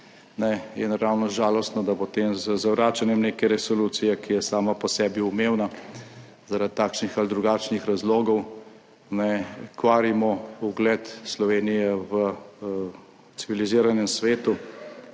je naravnost žalostno, da potem z zavračanjem neke resolucije, ki je sama po sebi umevna zaradi takšnih ali drugačnih razlogov kvarimo ugled Slovenije v civiliziranem svetu,